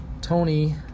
Tony